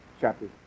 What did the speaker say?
chapter